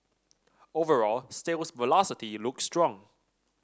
overall sales velocity looks strong